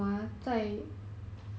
!huh!